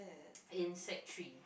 in Sec three